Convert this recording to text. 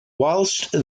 whilst